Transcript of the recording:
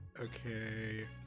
Okay